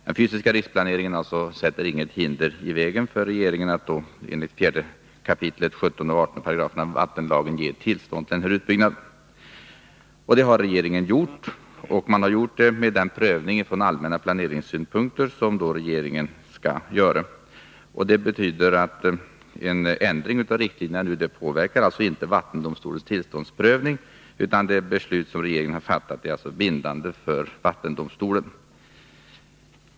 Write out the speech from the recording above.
Den fysiska riksplaneringen lägger alltså inte hinder i vägen för regeringen att enligt 4 kap. 17 och 18 §§ vattenlagen ge tillstånd till en utbyggnad. Det har regeringen gjort, efter den prövning från allmänna planeringssynpunkter som regeringen skall göra. Det betyder att en ändring av riktlinjerna nu inte påverkar vattendomstolens tillståndsprövning, utan det beslut som regeringen har fattat är bindande för vattendomstolen.